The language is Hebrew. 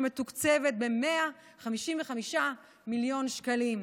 שמתוקצבת ב-155 מיליון שקלים.